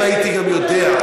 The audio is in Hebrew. אם הייתי גם יודע,